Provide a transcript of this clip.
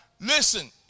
listen